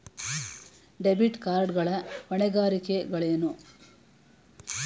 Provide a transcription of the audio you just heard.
Debit card ಗಳ ಹೊಣೆಗಾರಿಕೆಗಳೇನು?